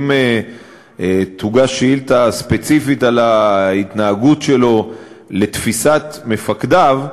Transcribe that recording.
אם תוגש שאילתה ספציפית על ההתנהגות שלו לתפיסת מפקדיו,